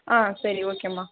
ஆ சரி ஓகேம்மா